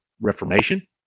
reformation